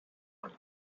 money